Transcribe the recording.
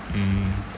mm